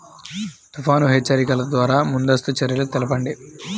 తుఫాను హెచ్చరికల ద్వార ముందస్తు చర్యలు తెలపండి?